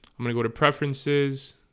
i'm gonna go to preferences